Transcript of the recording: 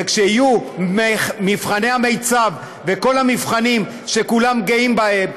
כשיהיו מבחני המיצ"ב וכל המבחנים שכולם גאים בהם,